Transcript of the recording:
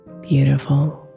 beautiful